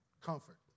comfort